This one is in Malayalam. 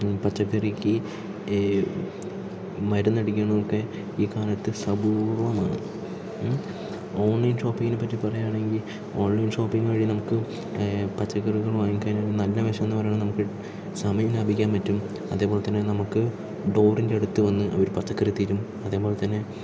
പച്ചക്കറിക്ക് മരുന്നടിക്കുന്നതൊക്കെ ഈ കാലത്ത് അപൂർവ്വമാണ് ഓൺലൈൻ ഷോപ്പിങ്ങിനെ പ്പറ്റി പറയുകയാണെങ്കിൽ ഓൺലൈൻ ഷോപ്പിങ്ങ് വഴി നമുക്ക് പച്ചക്കറികൾ വാങ്ങിക്കുകയാണെങ്കിൽ നല്ല മെച്ചമെന്ന് പറയുന്നത് നമുക്ക് സമയം ലാഭിക്കാൻ പറ്റും അതേപോലെത്തന്നെ നമുക്ക് ഡോറിൻ്റെയടുത്ത് വന്ന് അവർ പച്ചക്കറി തരും അതേപോലെത്തന്നെ